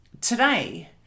today